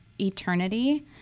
eternity